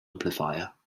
amplifier